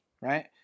right